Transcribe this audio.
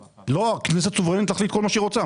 לא, הכנסת סוברנית, תחליט כל מה שהיא רוצה.